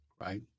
Right